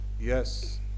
yes